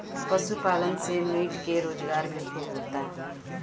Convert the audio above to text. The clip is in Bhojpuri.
पशुपालन से मीट के रोजगार भी खूब होता